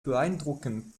beeindruckend